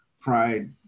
Pride